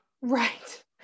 right